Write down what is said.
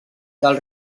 del